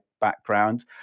background